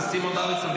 אז סימון דוידסון,